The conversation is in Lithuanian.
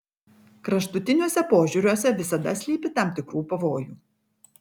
kraštutiniuose požiūriuose visada slypi tam tikrų pavojų